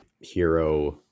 hero